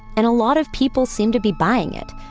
and a lot of people seem to be buying it,